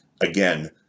again